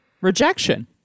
Rejection